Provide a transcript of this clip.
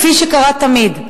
כפי שקרה תמיד.